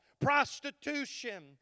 prostitution